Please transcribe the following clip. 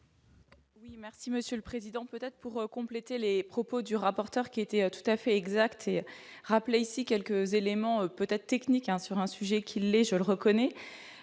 Oui, merci Monsieur le Président, peut-être pour compléter les propos du rapporteur qui était tout à fait exact et rappeler ici quelques éléments peut-être technique, hein, sur un sujet qu'il est, je le reconnais,